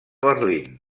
berlín